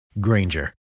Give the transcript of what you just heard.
Granger